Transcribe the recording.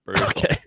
Okay